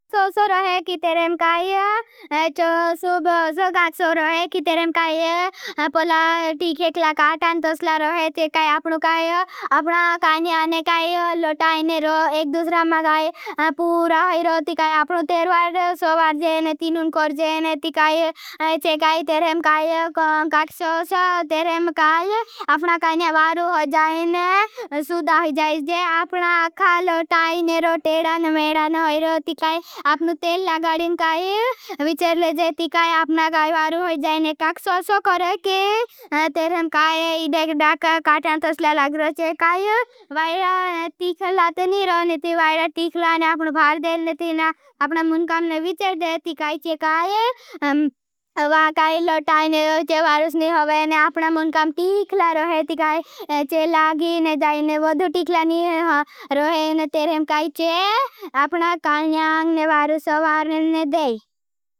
सो सो रहे की तेरें काई, चो सो गाट सो रहे। की तेरें काई, पहला ठीक खेकला काठान तोसला रहे चे। काई, अपनो काई, अपना काईने आने काई, लोटाईने रो। एक दूसरा मगाई, पूरा है। रो तीकाई, अपनो तेरवार सोवार जेन। तीनुन कोर जेन तीकाई, चे का तेरें काई। काई सो सो, तेरें काई, अपना काईने वारु हो जाएने, सुधा हो जाएजे। अपना अखा लोटाईने रो तेड़ान, मेड़ान हो जाएजे। तीकाई, अपनो तेल लगाड़ेन काई, विचर लेजे तीकाई, अपना काई वारु हो जाएने। काई सो सो करे की तेरें काई, काई काई, सुधा हो जाएजे। तीखाई, टीकाई, तेरें काई, आपन न।